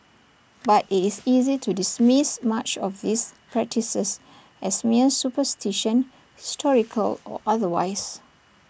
but IT is easy to dismiss much of these practices as mere superstition historical or otherwise